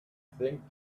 think